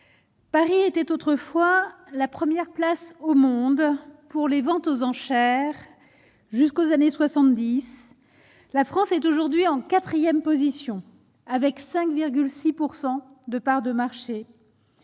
Paris, était autrefois la première place au monde pour les ventes aux enchères jusqu'aux années 70 la France est aujourd'hui en 4ème position, avec 5,6 pourcent de parts de marché,